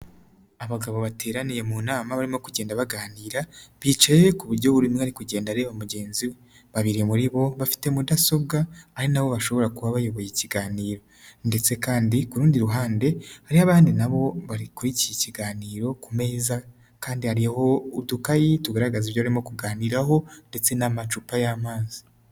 Abagabo bateraniye mu nama barimo kugenda baganira bicaye ku buryo buri umwe ari kugenda areba mugenzi we, babiri muri bo bafite mudasobwa ari na bo bashobora kuba bayoboye ikiganiro ndetse kandi ku rundi ruhande hariho abandi na bo barikurikiye ikiganiro, ku meza kandi hariho udukayi tugaragaza ibyo barimo kuganiraho ndetse n'amacupa y'amazi.